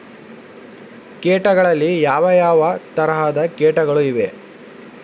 ಕೇಟಗಳಲ್ಲಿ ಯಾವ ಯಾವ ತರಹದ ಕೇಟಗಳು ಇವೆ?